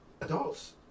adults